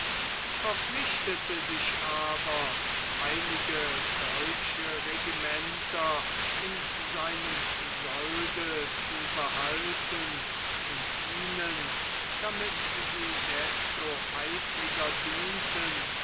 verpflichtete sich aber einige deutsche regimenter in seinem solde zu behalten und ihnen damit sie desto eifriger dienten